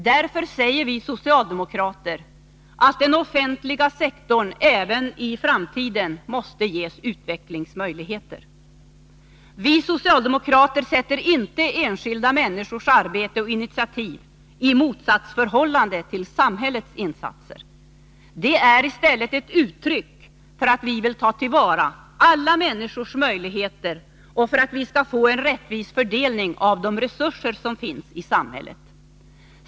Därför säger vi socialdemokrater att den offentliga sektorn även i framtiden måste ges utvecklingsmöjligheter. Vi socialdemokrater sätter inte enskilda människors arbete och initiativ i motsatsförhållande till samhällets insatser. De är i stället ett uttryck för att vi vill ta till vara alla människors möjligheter och för att vi skall få en rättvis fördelning av de resurser som finns i samhället.